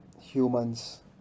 humans